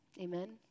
Amen